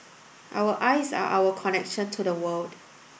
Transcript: our eyes are our connection to the world